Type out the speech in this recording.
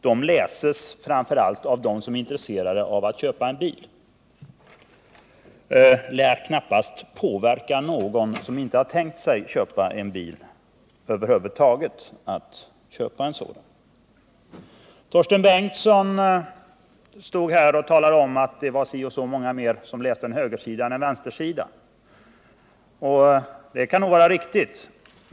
De läses framför allt av dem som är intresserade av att köpa bil och lär knappast påverka någon som över huvud taget inte tänkt sig att köpa bil att göra det. Torsten Bengtson stod här och talade om att det var si och så många fler som läste annonser på en högersida än på en vänstersida, och det kan nog vara riktigt.